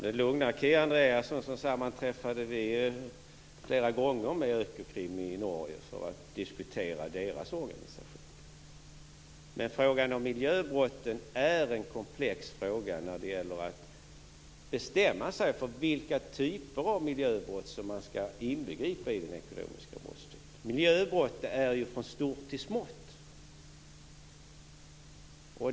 Herr talman! Jag kan lugna Kia Andreasson. Vi sammanträffade flera gånger med Økokrim i Norge för att diskutera deras organisation. Frågan om miljöbrotten är en komplex fråga när det gäller att bestämma sig för vilka typer av miljöbrott som skall inbegripas i den ekonomiska brottsligheten. Miljöbrott är från stort till smått.